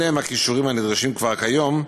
אלה כישורים הנדרשים כבר כיום,